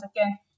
again